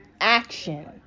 action